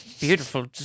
Beautiful